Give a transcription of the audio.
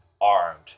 armed